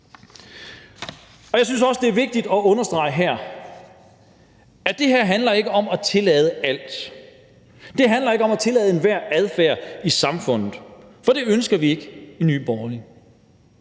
Jeg synes også, det er vigtigt at understrege, at det her ikke handler om at tillade alt, at det ikke handler om at tillade enhver adfærd i samfundet, for det ønsker vi ikke i Nye Borgerlige.